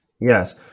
Yes